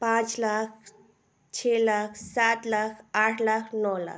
पाँच लाख छह लाख सात लाख आठ लाख नौ लाख